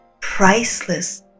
Priceless